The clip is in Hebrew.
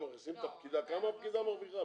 הם מכניסים את הפקידה, כמה הפקידה מרוויחה?